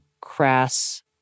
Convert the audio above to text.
crass